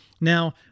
Now